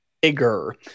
bigger